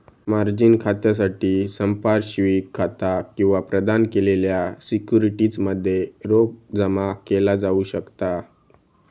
margin खात्यासाठी संपार्श्विक खाता किंवा प्रदान केलेल्या सिक्युरिटीज मध्ये रोख जमा केला जाऊ शकता